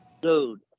Dude